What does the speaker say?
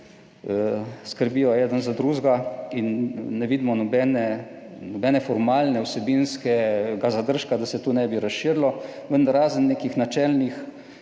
skrbijo eden za drugega in ne vidimo nobene formalne, vsebinskega zadržka, da se to ne bi razširilo. Vendar razen nekih načelnih